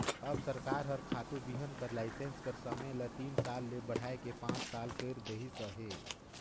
अब सरकार हर खातू बीहन कर लाइसेंस कर समे ल तीन साल ले बढ़ाए के पाँच साल कइर देहिस अहे